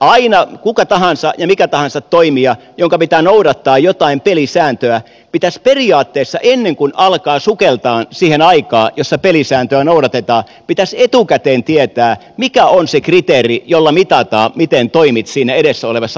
aina kenen tahansa ja minkä tahansa toimijan jonka pitää noudattaa jotain pelisääntöä pitäisi periaatteessa ennen kuin alkaa sukeltaa siihen aikaan jossa pelisääntöä noudatetaan etukäteen tietää mikä on se kriteeri jolla mitataan miten toimit siinä edessä olevassa aikaikkunassa